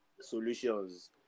solutions